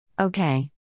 Okay